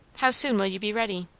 how soon will you be ready?